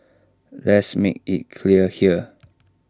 let's make IT clear here